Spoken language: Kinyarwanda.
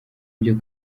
byo